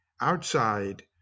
outside